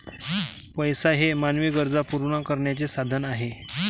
पैसा हे मानवी गरजा पूर्ण करण्याचे साधन आहे